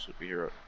superhero